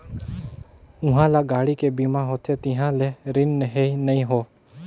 उहां ल गाड़ी के बीमा होथे तिहां ले रिन हें नई हों